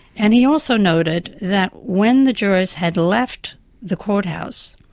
and he also noted that when the jurors had left the courthouse,